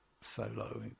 solo